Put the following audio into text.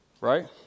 right